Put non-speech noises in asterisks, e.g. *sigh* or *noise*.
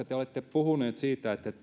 *unintelligible* te te olette puhuneet siitä että